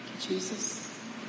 Jesus